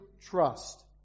trust